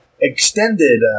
extended